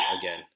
again